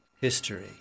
history